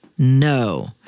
No